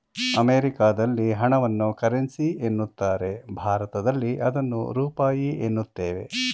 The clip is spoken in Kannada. ಅಮೆರಿಕದಲ್ಲಿ ಹಣವನ್ನು ಕರೆನ್ಸಿ ಎನ್ನುತ್ತಾರೆ ಭಾರತದಲ್ಲಿ ಅದನ್ನು ರೂಪಾಯಿ ಎನ್ನುತ್ತೇವೆ